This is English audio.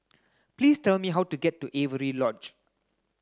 please tell me how to get to Lodge